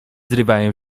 zrywają